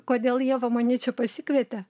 kodėl ieva mane čia pasikvietė